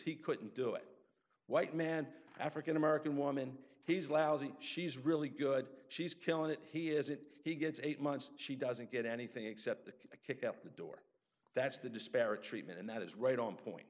he couldn't do it white man african american woman he's lousy she's really good she's killin it he is it he gets eight months she doesn't get anything except a kick up the door that's the disparate treatment and that is right on point